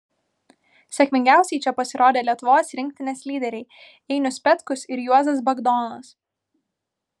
sėkmingiausiai čia pasirodė lietuvos rinktinės lyderiai einius petkus ir juozas bagdonas